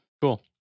Cool